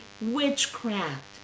witchcraft